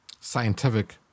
scientific